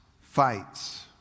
fights